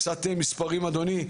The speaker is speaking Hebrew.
קצת מספרים, אדוני.